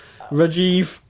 Rajiv